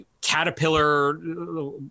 caterpillar